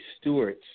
stewards